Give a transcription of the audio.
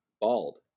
bald